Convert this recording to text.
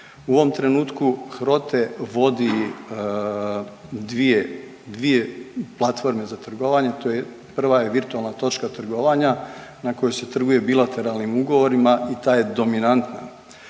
U ovom trenutku HROTE vodi dvije, dvije platforme za trgovanje, to je, prva je virtualna točka trgovanja na kojoj se trguje bilateralnim ugovorima i ta je dominantna,